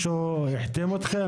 החתימו אתכם?